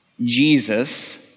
Jesus